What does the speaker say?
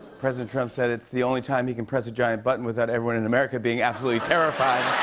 president trump said it's the only time he can press a giant button without everyone in america being absolutely terrified.